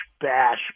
Bash